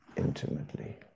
Intimately